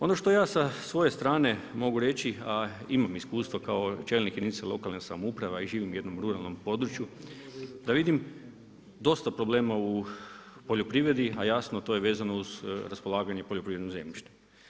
Ono što ja sa svoje strane mogu reći a imam iskustvo kao čelnik jedinice lokalne samouprave a i živim u jednom ruralnom području, da vidim dosta problema u poljoprivredi a jasno to je vezano uz raspolaganje poljoprivrednim zemljištem.